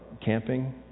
camping